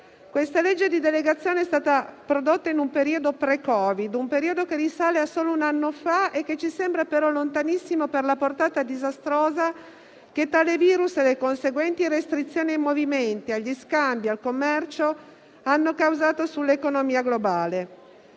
Questa legge di delegazione è stata prodotta in un periodo pre-Covid, un periodo che risale a solo un anno fa e che ci sembra però lontanissimo per la portata disastrosa che tale virus e le conseguenti restrizioni ai movimenti, agli scambi e al commercio hanno causato sull'economia globale.